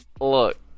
Look